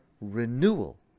renewal